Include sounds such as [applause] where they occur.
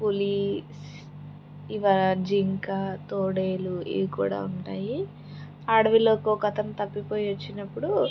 పులి [unintelligible] జింక తోడేలు ఇయి కూడా ఉంటాయి అడవిలోకి ఒక అతను తప్పిపోయి వచ్చినప్పుడు